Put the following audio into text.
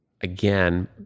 again